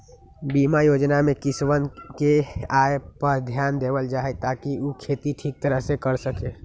बीमा योजना में किसनवन के आय पर ध्यान देवल जाहई ताकि ऊ खेती ठीक तरह से कर सके